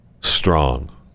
strong